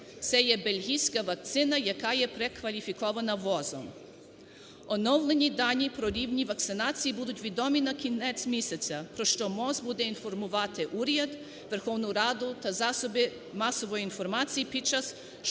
це є бельгійська вакцина, яка є перекваліфікована ВООЗом. Оновлені дані про рівні вакцинації будуть відомі на кінець місяця, про що МОЗ буде інформувати уряд, Верховну Раду та засоби масової інформації під час